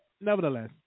nevertheless